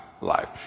life